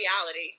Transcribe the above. reality